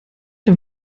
dem